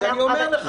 אז אני אומר לך.